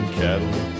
cattle